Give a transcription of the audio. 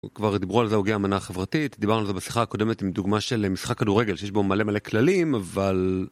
כבר דיברו הוגי האמנה החברתית דיברנו על זה בשיחה הקודמת עם דוגמה של אה.. משחק כדורגל שיש בו מלא מלא כללים אבל.